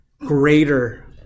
greater